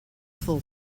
full